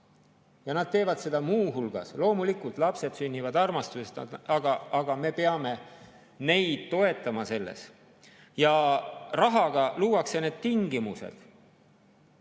Ja nad teevad seda muu hulgas. Loomulikult, lapsed sünnivad armastusest, aga me peame neid toetama selles. Rahaga luuakse tingimused,